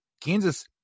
Kansas